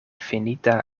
finita